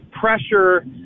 pressure